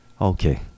Okay